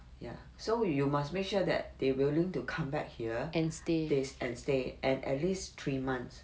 ya so you must make sure that they willing to come back here and stay and at least three months